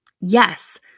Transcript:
Yes